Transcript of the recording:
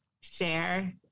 share